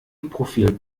profil